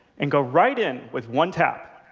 and go right in with one tap.